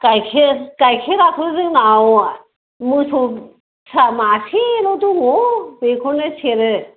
गाइखेर गाइखेराथ जोंना मोसौ फिसा मासेल' दङ बेखौनो सेरो